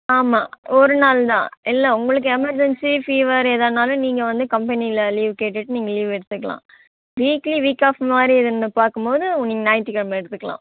ஆமாம் ஒரு நாள் தான் இல்லை உங்களுக்கு எமர்ஜென்சி ஃபீவர் எதுனாலும் நீங்கள் வந்து கம்பெனியில் லீவ் கேட்டுவிட்டு நீங்கள் லீவ் எடுத்துக்கலாம் வீக்லி வீக் ஆஃப் மாதிரி இருந்து பார்க்கும்மோது நீங்கள் ஞாயிற்றிக்கிழம எடுத்துக்கலாம்